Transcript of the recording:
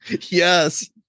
Yes